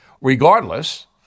Regardless